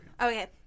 Okay